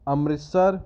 Amritsar